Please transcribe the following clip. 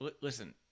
listen